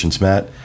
Matt